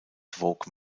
vogue